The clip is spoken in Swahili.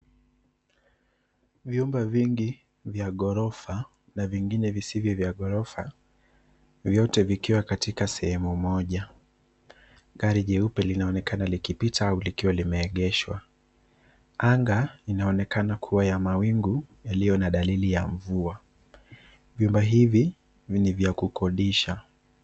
Vyumba vingi vya ghorofa na vingine visivyo vya ghorofa, vyote vikiwa kwa sehemu moja. Gari jeupe linaonekana likipita au likiwa limeegeshwa. Anga inaonekana kuwa ya mawingu yaliyo na dalili ya mvua. Vyumba hivi ni vya kukodisha.